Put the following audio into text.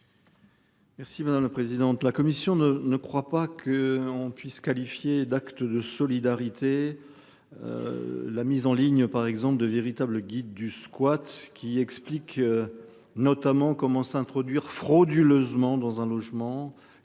Merci madame la présidente. La commission ne ne crois pas qu'on puisse qualifier d'acte de solidarité. La mise en ligne par exemple de véritables guides du squat qui explique. Notamment comment s'introduire frauduleusement dans un logement.